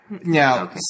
Now